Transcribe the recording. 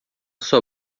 sua